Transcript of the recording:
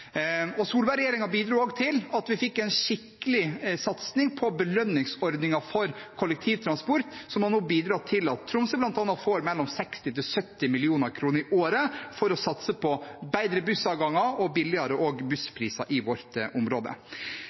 Tromsø. Solberg-regjeringen bidro også til at vi fikk en skikkelig satsing på belønningsordningen for kollektivtransport, som har bidratt til at Tromsø nå får 60–70 mill. kr i året for å satse på bedre bussavganger og billigere busspriser i vårt område.